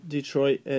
Detroit